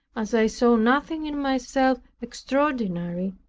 as i saw nothing in myself extraordinary,